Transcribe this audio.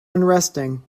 unresting